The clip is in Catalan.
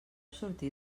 sortir